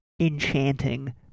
enchanting